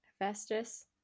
hephaestus